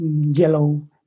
yellow